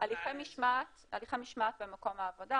הליכי משמעת במקום העבודה.